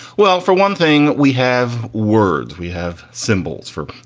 well, for one thing, we have words. we have symbols for,